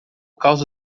causa